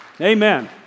amen